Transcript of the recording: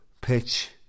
pitch